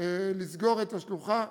לסגור את השלוחה,